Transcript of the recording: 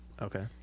Okay